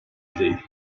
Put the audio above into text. değil